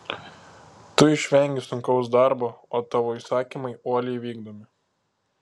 tu išvengi sunkaus darbo o tavo įsakymai uoliai vykdomi